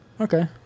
okay